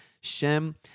Shem